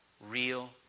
Real